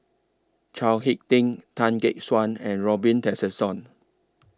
Chao Hick Tin Tan Gek Suan and Robin Tessensohn